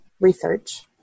research